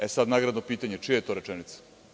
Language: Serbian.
E sad, nagradno pitanje – čija je to rečenica?